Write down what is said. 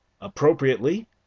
Appropriately